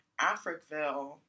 africville